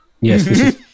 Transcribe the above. Yes